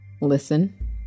Listen